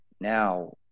Now